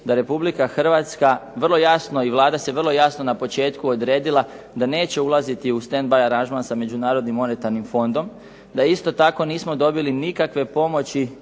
da Republika Hrvatska vrlo jasno i Vlada se vrlo jasno na početku odredila da neće ulaziti u stand-by aranžman sa Međunarodnim monetarnim fondom, da isto tako nismo dobili nikakve pomoći